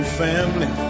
family